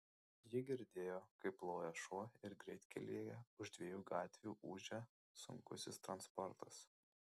ji girdėjo kaip loja šuo ir greitkelyje už dviejų gatvių ūžia sunkusis transportas